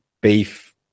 beef